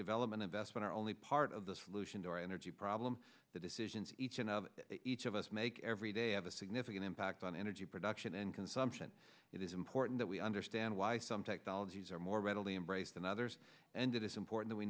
development investment are only part of the solution to our energy problem the decisions each one of each of us make every day have a significant impact on energy production and consumption it is important that we understand why some technologies are more readily embraced than others and it is important